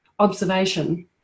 observation